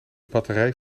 batterij